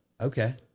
Okay